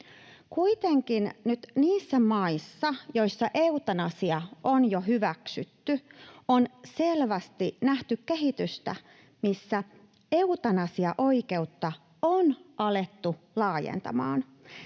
Kuitenkin nyt niissä maissa, joissa eutanasia on jo hyväksytty, on selvästi nähty kehitystä, missä eutanasiaoikeutta on alettu laajentamaan.